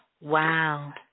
Wow